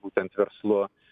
būtent verslu